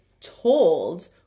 told